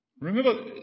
Remember